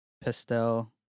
pastel